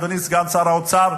אדוני סגן שר האוצר,